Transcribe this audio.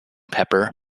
pepper